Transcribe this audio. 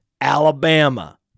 Alabama